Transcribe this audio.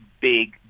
big